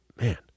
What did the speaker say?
man